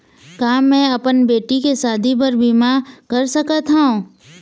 का मैं अपन बेटी के शादी बर बीमा कर सकत हव?